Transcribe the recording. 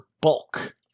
Bulk